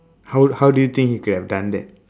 how how do you think he could have done that